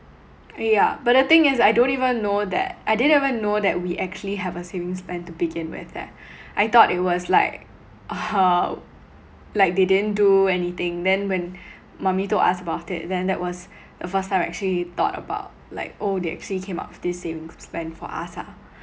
uh yeah but the thing is I don't even know that I didn't even know that we actually have a savings plan to begin with leh I thought it was like like they didn't do anything then when mummy told us about it then that was the first time I actually thought about like oh they actually came up with this savings plan for us ah